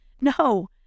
No